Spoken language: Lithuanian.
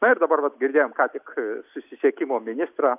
na ir dabar vat girdėjom ką tik susisiekimo ministrą